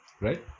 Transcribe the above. Right